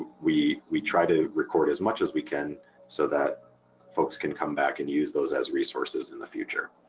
we we try to record as much as we can so that folks can come back and use those as resources in the future.